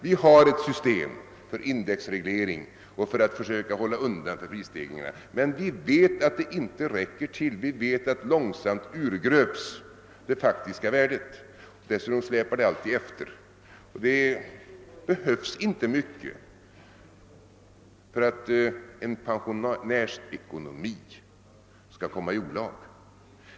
Vi har visserligen ett system med indexreglering för att försöka hålla undan för prisstegringarna, men det räcker inte — långsamt urgröps det faktiska värdet. Dessutom släpar index alltid efter. Det behövs inte mycket för att en pensionärs ekonomi skall komma i olag.